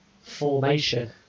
formation